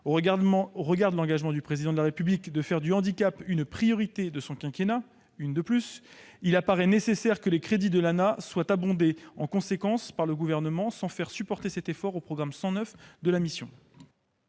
Au regard de l'engagement du Président de la République de faire du handicap une priorité de son quinquennat- une de plus !-, il paraît nécessaire que les crédits de l'ANAH soient abondés en conséquence par le Gouvernement, sans faire supporter cet effort au programme 109 de la mission.